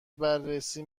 بررسی